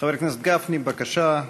חבר הכנסת גפני, בבקשה,